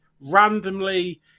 randomly